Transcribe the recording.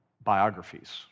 biographies